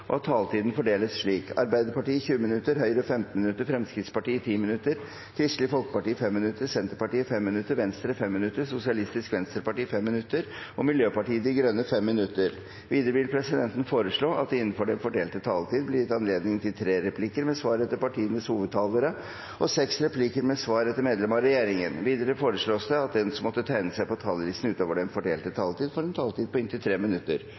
og at taletiden blir fordelt slik: Arbeiderpartiet 20 minutter, Høyre 15 minutter, Fremskrittspartiet 10 minutter, Kristelig Folkeparti 5 minutter, Senterpartiet 5 minutter, Venstre 5 minutter, Sosialistisk Venstreparti 5 minutter og Miljøpartiet De Grønne 5 minutter. Videre vil presidenten foreslå at det – innenfor den fordelte taletid – blir gitt anledning til tre replikker med svar etter innlegg fra partienes hovedtalere og inntil seks replikker med svar etter medlemmer av regjeringen. Videre foreslås det at de som måtte tegne seg på talerlisten utover den fordelte taletid, får en taletid på inntil 3 minutter.